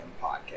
podcast